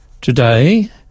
Today